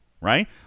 right